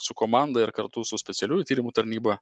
su komanda ir kartu su specialiųjų tyrimų tarnyba